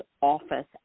office